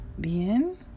bien